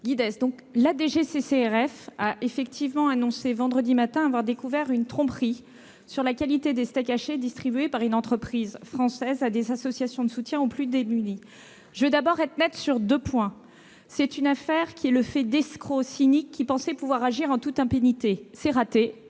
la DGCCRF a effectivement annoncé vendredi matin avoir découvert une tromperie sur la qualité des steaks hachés distribués par une entreprise française à des associations de soutien aux plus démunis. Je veux d'abord être nette sur deux points. C'est une affaire qui est le fait d'escrocs cyniques qui pensaient pouvoir agir en toute impunité. C'est raté,